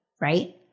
Right